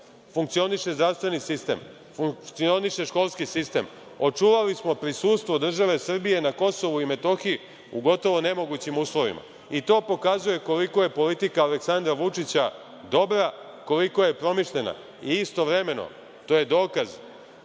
Funkcioniše zdravstveni sistem, funkcioniše školski sistem, očuvali smo prisustvo države Srbije na KiM u gotovo nemogućim uslovima. To pokazuje koliko je politika Aleksandra Vučića dobra, koliko je promišljena. Istovremeno, to je dokaz